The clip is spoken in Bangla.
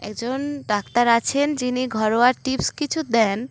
একজন ডাক্তার আছেন যিনি ঘরোয়া টিপস কিছু দেন